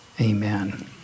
amen